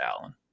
Allen